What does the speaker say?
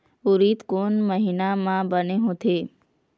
उरीद कोन महीना म बने होथे?